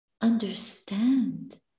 understand